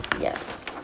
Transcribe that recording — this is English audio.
yes